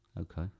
Okay